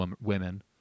women